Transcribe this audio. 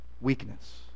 weakness